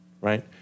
right